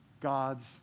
God's